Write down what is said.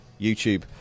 YouTube